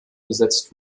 besetzt